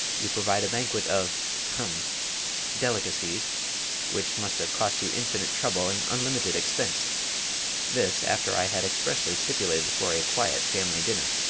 you provide a banquet of hem delicacies which must have cost you infinite trouble and unlimited expense this, after i had expressly stipulated for a quiet family dinner!